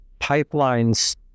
pipelines